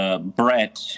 Brett